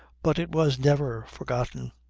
but it was never forgotten.